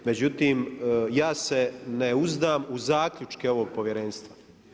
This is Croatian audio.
Međutim, ja se ne uzdam u zaključke ovog Povjerenstva.